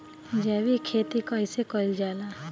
जैविक खेती कईसे कईल जाला?